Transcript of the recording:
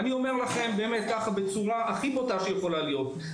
אבל אני רוצה לומר לכם בצורה הברורה ביותר שיכולה להיות,